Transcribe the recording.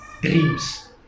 dreams